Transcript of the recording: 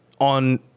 on